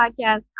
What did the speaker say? podcast